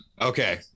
Okay